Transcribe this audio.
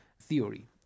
theory